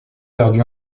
perdu